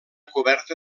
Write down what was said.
coberta